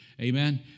Amen